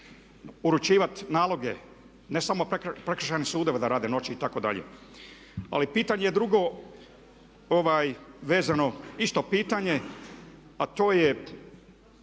uručivati naloge ne samo prekršajni sudovi da rade noć itd. Ali pitanje je drugo, vezano isto pitanje a to je